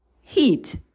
heat